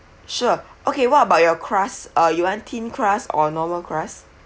sure okay what about your crust uh you want thin crust or normal crust